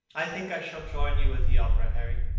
i think i shall join you at the opera, harry.